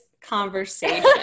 conversation